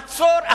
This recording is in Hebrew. מצור,